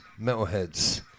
Metalheads